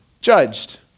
judged